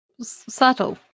Subtle